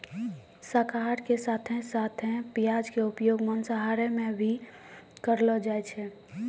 शाकाहार के साथं साथं प्याज के उपयोग मांसाहार मॅ भी करलो जाय छै